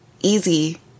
Easy